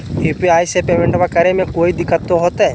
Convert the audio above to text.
UPI से पेमेंटबा करे मे कोइ दिकतो होते?